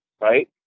Right